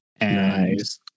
Nice